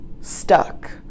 stuck